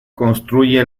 construye